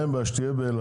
אין בעיה שתהיה באילת,